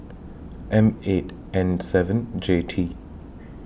M eight N seven J T